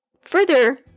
further